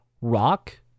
rock